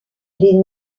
les